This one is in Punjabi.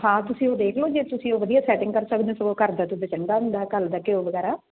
ਹਾਂ ਉਹ ਤੁਸੀਂ ਉਹ ਦੇਖ ਲਓ ਜੇ ਤੁਸੀਂ ਉਹ ਵਧੀਆ ਸੈਟਿੰਗ ਕਰ ਸਕਦੇ ਹੋ ਸੋ ਘਰ ਦਾ ਦੁੱਧ ਚੰਗਾ ਹੁੰਦਾ ਘਰ ਦਾ ਘਿਓ ਵਗੈਰਾ